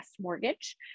Mortgage